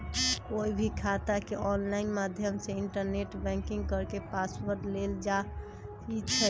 कोई भी खाता के ऑनलाइन माध्यम से इन्टरनेट बैंकिंग करके पासवर्ड लेल जाई छई